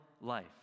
life